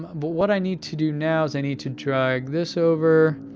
um ah but what i need to do now is i need to drag this over,